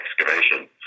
excavation